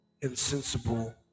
insensible